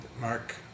Mark